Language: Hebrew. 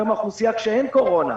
מממוצע האוכלוסייה כאשר אין קורונה.